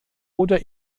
oder